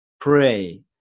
pray